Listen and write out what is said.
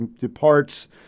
departs